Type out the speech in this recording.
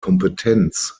kompetenzen